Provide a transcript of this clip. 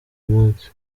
munsi